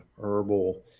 herbal